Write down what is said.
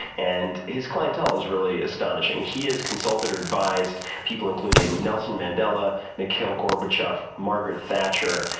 and his clientele is really astonishing. he has consulted or advised people including nelson mandela, mikhail gorbachev, margaret thatcher,